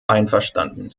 einverstanden